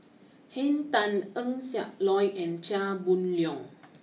Henn Tan Eng Siak Loy and Chia Boon Leong